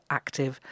active